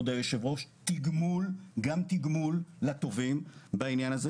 תגמול גם תגמול לטובים בעניין הזה